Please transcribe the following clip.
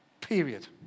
Period